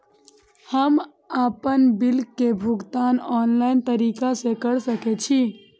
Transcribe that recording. हम आपन बिल के भुगतान ऑनलाइन तरीका से कर सके छी?